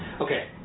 okay